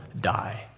die